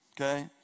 Okay